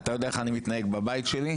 אתה יודע איך אני מתנהג בבית שלי,